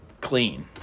clean